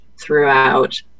throughout